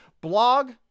Blog